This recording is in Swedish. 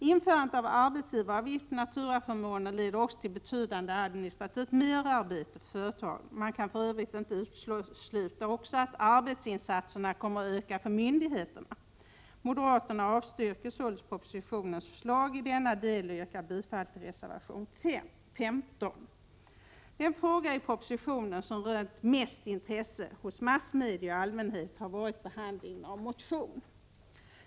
Införandet av arbetsgivaravgifter på naturaförmåner leder också till betydande administrativt merarbete för företagen, och man kan för övrigt inte utesluta att arbetsinsatserna kommer att öka för myndigheterna. Moderaterna avstyrker således propositionens förslag i denna del och yrkar bifall till reservation 15. Den fråga i propositionen som rönt mest intresse hos massmedia och allmänhet har varit den som handlar om motion.